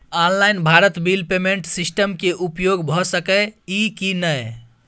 Online Bharat bill payment system के उपयोग भ सके इ की नय?